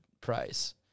price